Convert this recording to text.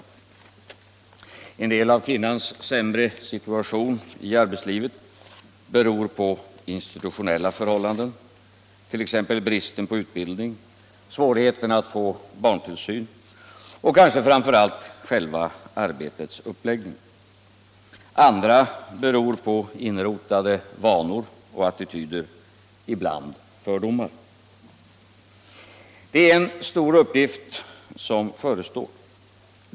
I en del fall beror kvinnans sämre situation i arbetslivet på institutionella förhållanden, t.ex. bristen på utbildning, svårigheten att få barntillsyn och kanske framför allt själva arbetets uppläggning. I andra fall är orsaken inrotade vanor och attityder, ibland fördomar. Det är en stor uppgift som förestår.